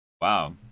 Wow